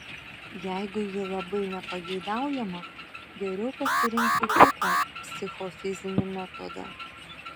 jeigu ji labai nepageidaujama geriau pasirinkti kitą psichofizinį metodą